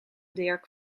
dirk